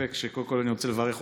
קודם כול, אני רוצה לברך אותך.